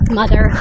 mother